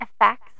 effects